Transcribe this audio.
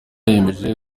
yemeye